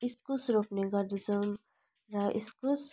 इस्कुस रोप्ने गर्दछौँ र इस्कुस